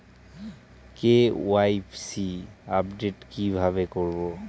KYC update কি ভাবে করবো?